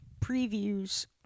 previews